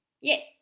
Yes